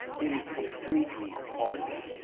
it is completely partisan.